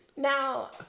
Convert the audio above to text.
Now